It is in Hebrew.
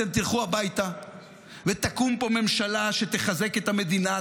אתם תלכו הביתה ותקום פה ממשלה שתחזק את המדינה,